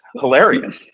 hilarious